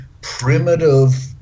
primitive